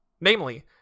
Namely